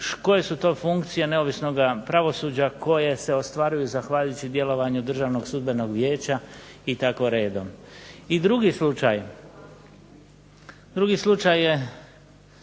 koje su to funkcije neovisnoga pravosuđa koje se ostvaruju zahvaljujući djelovanju Državnog sudbenog vijeća i tako redom. I drugi slučaj, drugi slučaj je